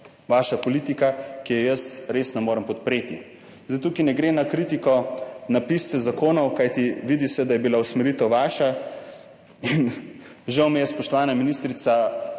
vaša politika, ki je jaz res ne morem podpreti. Tukaj ne gre kritika piscem zakonov, kajti vidi se, da je bila usmeritev vaša. In žal mi je, spoštovana ministrica,